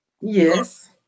Yes